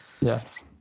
yes